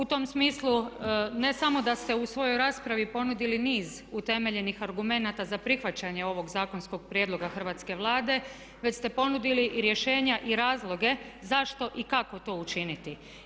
U tom smislu, ne samo da ste u svojoj raspravi ponudili niz utemeljenih argumenata za prihvaćanje ovog zakonskog prijedloga hrvatske Vlade već ste ponudili i rješenja i razloge zašto i kako to učiniti.